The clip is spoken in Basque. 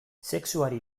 sexuari